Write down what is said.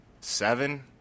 seven